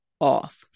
off